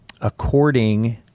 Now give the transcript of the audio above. according